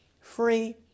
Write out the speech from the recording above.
free